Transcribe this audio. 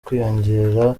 kwiyongerera